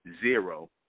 zero